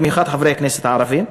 במיוחד חברי הכנסת הערבים,